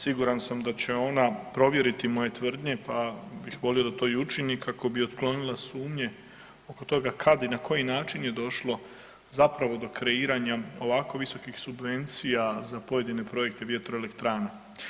Siguran sam da će ona provjeriti moje tvrdnje, pa bih volio da to i učini kako bi otklonila sumnje oko toga kad i na koji način je došlo zapravo do kreiranja ovako visokih subvencija za pojedine projekte vjetroelektrana.